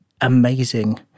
amazing